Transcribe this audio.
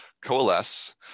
coalesce